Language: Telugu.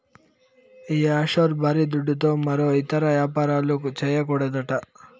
ఈ ఆఫ్షోర్ బారీ దుడ్డుతో మరో ఇతర యాపారాలు, చేయకూడదట